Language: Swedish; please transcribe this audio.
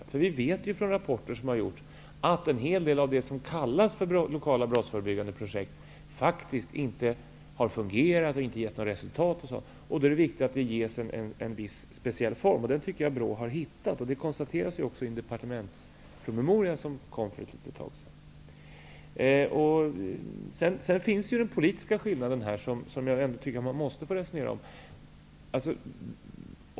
Det har framgått i många rapporter att en hel del av det som kallas för lokala brottsförebyggande projekt faktiskt inte har fungerat och inte gett några resultat. Det är viktigt att det arbetet ges en speciell form. Jag tycker att BRÅ har funnit denna form. Det konstaterades också i en departementspromemoria som lades fram för ett litet tag sedan. Vidare finns det en politisk skillnad som jag tycker att vi måste resonera om.